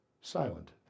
silent